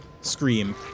scream